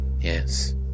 Yes